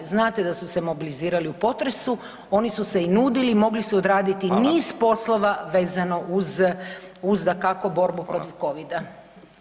Znate da su se mobilizirali u potresu, oni su se i nudili [[Upadica: Hvala.]] mogli su odraditi niz poslova vezano uz, uz dakako borbu [[Upadica: Hvala.]] protiv Covida.